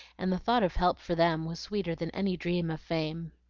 and the thought of help for them was sweeter than any dream of fame.